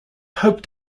hope